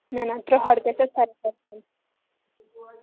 نہَ نہَ ترٕٛہ ہٲٹھ گژھٮ۪س